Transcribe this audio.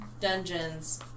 dungeons